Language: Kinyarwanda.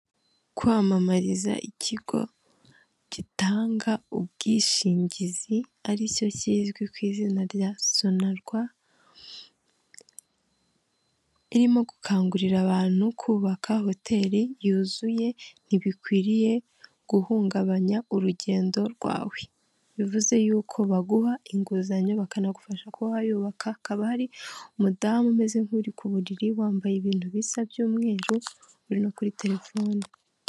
Kwamamariza ikigo gitanga ubwishingizi ari cyo kizwi ku izina rya sonarwa, irimo gukangurira abantu kubaka hoteri yuzuye; ntibikwiriye guhungabanya urugendo rwawe. Bivuze yuko baguha inguzanyo bakanagufasha kuba wayubaka. Hakaba hari umudamu umeze nk'u uri ku buriri wambaye ibintu bizasa by'umweru u no kuri telefone.